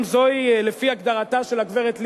האם זוהי, לפי הגדרתה של הגברת לבני,